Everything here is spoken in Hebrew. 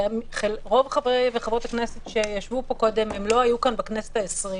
ורוב חברי וחברות הכנסת שישבו פה קודם לא היו כאן בכנסת העשרים,